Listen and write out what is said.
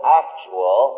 actual